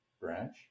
branch